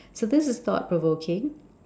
so this is thought provoking